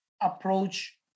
approach